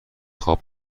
خواب